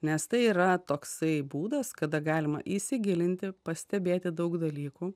nes tai yra toksai būdas kada galima įsigilinti pastebėti daug dalykų